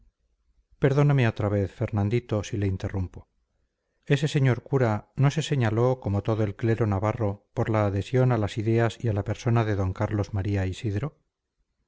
perdóneme otra vez fernandito si le interrumpo ese señor cura no se señaló como todo el clero navarro por la adhesión a las ideas y a la persona de d carlos maría isidro